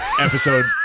episode